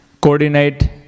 coordinate